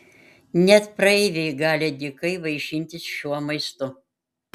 net praeiviai gali dykai vaišintis šiuo maistu